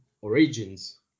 origins